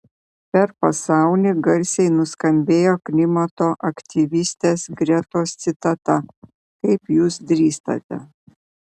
per pasaulį garsiai nuskambėjo klimato aktyvistės gretos citata kaip jūs drįstate